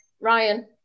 Ryan